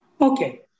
Okay